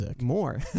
more